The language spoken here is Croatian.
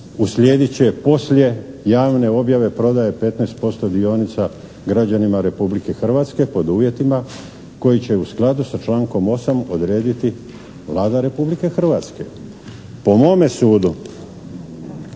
uslijedit će poslije javne objave prodaje 15% dionica građanima Republike Hrvatske pod uvjetima koji će u skladu sa člankom 8. odrediti Vlada Republike Hrvatske. Po mome sudu,